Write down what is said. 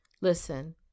listen